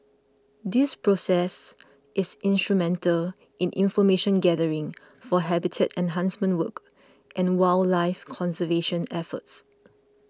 this process is instrumental in information gathering for habitat enhancement work and wildlife conservation efforts